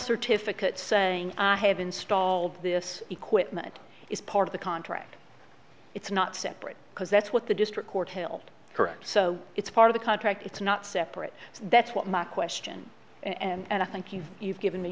certificate saying i have installed this equipment is part of the contract it's not separate because that's what the district court hild correct so it's part of the contract it's not separate that's what my question and i thank you he's given